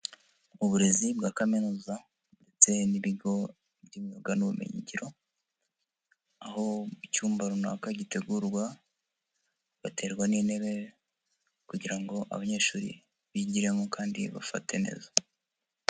Uburezi bwa Kaminuza ndetse n'ibigo by'imyuga n'ubumenyigiro, aho icyumba runaka gitegurwa haterwa n'inte kugira ngo abanyeshuri bigiremo kandi bafate neza.